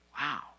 Wow